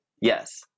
yes